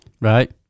Right